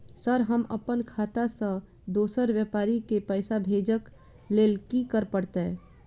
Sir हम अप्पन खाता सऽ दोसर व्यापारी केँ पैसा भेजक लेल की करऽ पड़तै?